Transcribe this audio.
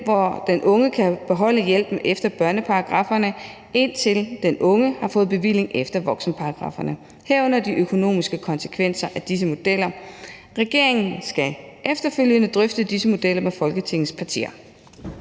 hvor den unge kan beholde hjælpen efter børneparagrafferne, indtil den unge har fået bevilling efter voksenparagrafferne. Herunder skal de økonomiske konsekvenser af disse modeller undersøges. Regeringen skal efterfølgende drøfte disse modeller med Folketingets partier.«